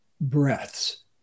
breaths